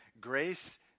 Grace